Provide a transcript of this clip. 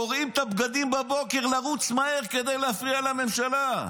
קורעים את הבגדים בבוקר לרוץ מהר כדי להפריע לממשלה.